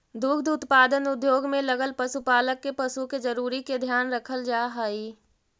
दुग्ध उत्पादन उद्योग में लगल पशुपालक के पशु के जरूरी के ध्यान रखल जा हई